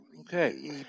Okay